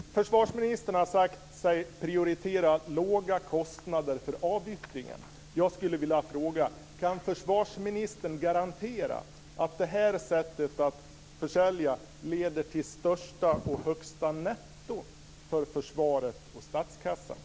Försvarsministern har sagt sig prioritera låga kostnader för avyttringen. Jag skulle vilja fråga: Kan försvarsministern garantera att det här sättet att försälja leder till största och högsta netto för försvaret och statskassan?